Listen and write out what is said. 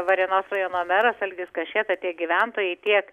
varėnos rajono meras algis kašėta tiek gyventojai tiek